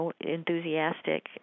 enthusiastic